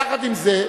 יחד עם זה,